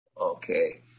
Okay